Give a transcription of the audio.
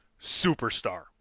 superstar